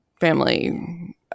family